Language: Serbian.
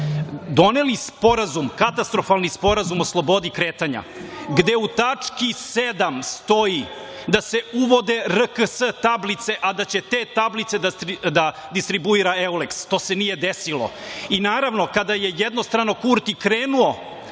doneli sporazum, katastrofalni sporazum, o slobodi kretanja, gde u tački 7. stoji da se uvode RKS tablice, a da će te tablice da distribuira Euleks. To se nije desilo. I naravno, kada je jednostrano Kurti krenuo